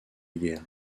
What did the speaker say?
guerre